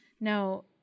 Now